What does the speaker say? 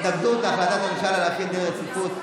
התנגדות להחלטת הממשלה להחיל דין רציפות.